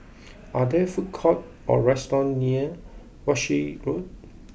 are there food courts or restaurants near Walshe Road